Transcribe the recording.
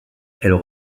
elles